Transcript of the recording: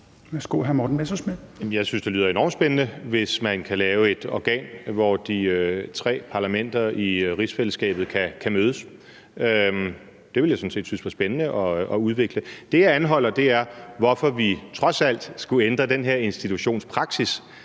jeg synes, det lyder enormt spændende, hvis man kan lave et organ, hvor de tre parlamenter i rigsfællesskabet kan mødes. Det ville jeg sådan set synes var spændende at udvikle. Det, jeg anholder, er, hvorfor vi trods alt skulle ændre den her institutions praksis.